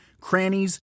crannies